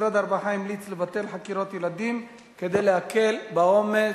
משרד הרווחה המליץ לבטל חקירות ילדים כדי להקל את העומס,